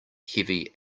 heavy